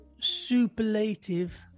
superlative